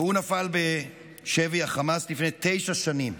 הוא נפל בשבי חמאס לפני תשע שנים,